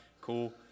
Cool